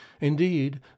Indeed